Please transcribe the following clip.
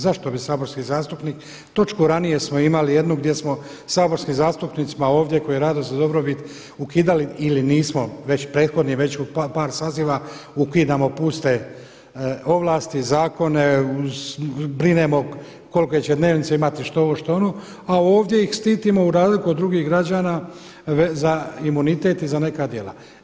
Zašto bi saborski zastupnik točku ranije smo imali jednu gdje smo saborskim zastupnicima ovdje koji rade za dobrobit ukidali ili nismo, već prethodni već u par saziva ukidamo puste ovlasti, zakone, brinemo kolike će dnevnice imati, što ovo, što ono, a ovdje ih štitimo za razliku od drugih građana za imunitet i za neka djela.